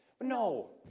No